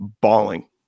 bawling